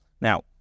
Now